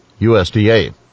USDA